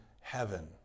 heaven